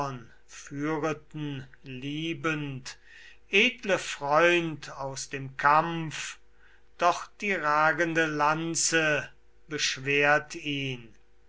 liebend edle freund aus dem kampf doch die ragende lanze beschwert ihn